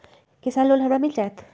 किसान लोन हमरा मिल जायत?